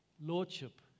lordship